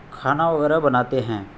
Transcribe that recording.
کھانا وغیرہ بناتے ہیں